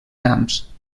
camps